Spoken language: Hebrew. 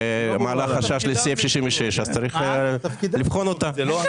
צריך לבדוק אם יש כאן עסקה שמעלה חשש לסעיף 66 ולכן צריך לבחון אותה.